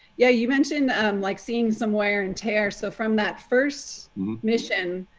yeah you mentioned like seeing some wear and tear. so from that first mission,